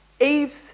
Eve's